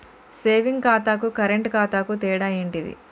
Saving ఖాతాకు current ఖాతాకు తేడా ఏంటిది?